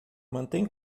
mantém